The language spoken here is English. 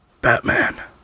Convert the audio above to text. Batman